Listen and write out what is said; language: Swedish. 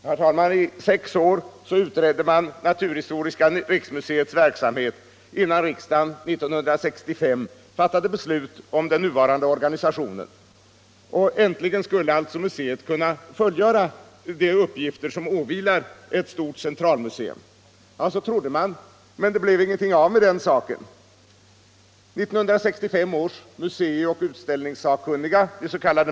Herr talman! I sex år utredde man naturhistoriska riksmuseets verksamhet innan riksdagen 1965 fattade beslut om den nuvarande organisationen. Äntligen skulle alltså museet kunna fullgöra de uppgifter som åvilar ett stort centralmuseum. Ja, det trodde man, men det blev ingenting av med den saken. 1965 års museioch utställningssakkunniga, den s.k.